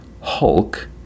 hulk